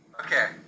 Okay